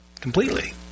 completely